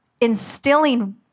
instilling